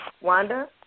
Wanda